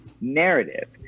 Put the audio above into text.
narrative